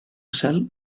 cel